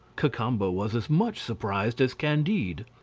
cacambo was as much surprised as candide.